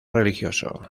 religioso